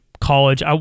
college